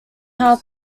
how